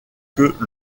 que